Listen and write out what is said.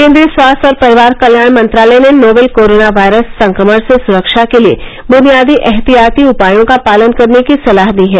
केन्द्रीय स्वास्थ्य और परिवार कल्याण मंत्रालय ने नोवल कोरोना वायरस संक्रमण से स्रक्षा के लिए बुनियादी एहतियाती उपायों का पालन करने की सलाह दी है